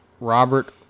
Robert